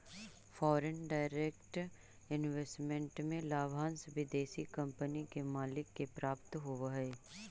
foreign direct investment में लाभांश विदेशी कंपनी के मालिक के प्राप्त होवऽ हई